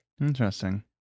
Interesting